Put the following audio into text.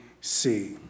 see